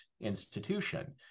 institution